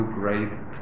great